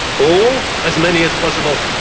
all? as many as possible.